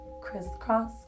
Crisscross